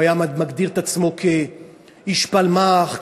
הוא היה מגדיר את עצמו איש פלמ"ח,